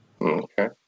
Okay